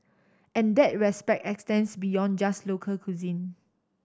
and that respect extends beyond just local cuisine